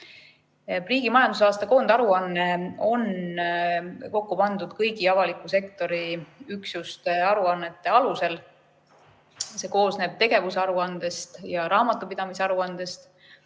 majandusaasta koondaruanne on kokku pandud kõigi avaliku sektori üksuste aruannete alusel. See koosneb tegevusaruandest ja raamatupidamisaruandest